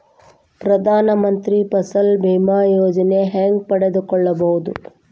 ಪ್ರಧಾನ ಮಂತ್ರಿ ಫಸಲ್ ಭೇಮಾ ಯೋಜನೆ ಹೆಂಗೆ ಪಡೆದುಕೊಳ್ಳುವುದು?